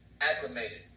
acclimated